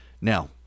Now